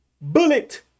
bullet